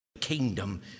kingdom